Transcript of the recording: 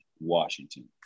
Washington